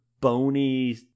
bony